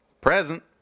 Present